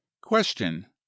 question